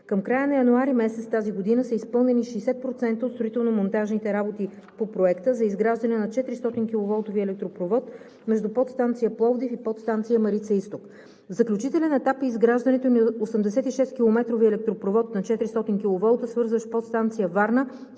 Към края на януари месец тази година са изпълнени 60% от строително-монтажните работи по проекта за изграждане на 400-киловолтовия електропровод между Подстанция „Пловдив“ и Подстанция „Марица изток“. В заключителен етап е и изграждането на 86-километровия електропровод на 400 киловолта, свързващ Подстанция „Варна“